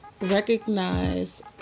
recognize